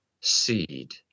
seed